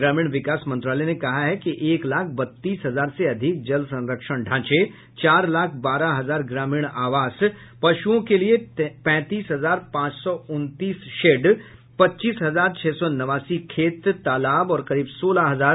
ग्रामीण विकास मंत्रालय ने कहा है कि एक लाख बत्तीस हजार से अधिक जल संरक्षण ढांचे चार लाख बारह हजार ग्रामीण आवास पशुओं के लिए पैंतीस हजार पांच सौ उनतीस शेड पच्चीस हजार छह सौ नवासी खेत तालाब और करीब सोलह हजार सामुदायिक स्वच्छता परिसर बनाए गए